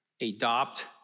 adopt